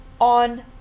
on